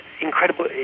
incredible